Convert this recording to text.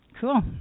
Cool